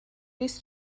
ließ